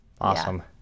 Awesome